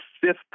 fifth